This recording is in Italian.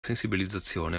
sensibilizzazione